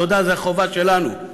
תודה זה החובה שלנו,